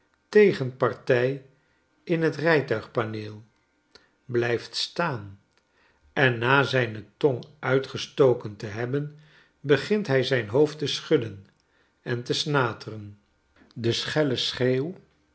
tegenpartij in het rijtuigpaneel blijft staan en na zijne tong uitgestoken te hebben begint hij zijn hoofd te schudden en te snateren de schelle schreeuw